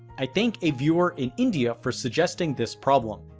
i thank a viewer in india for suggesting this problem.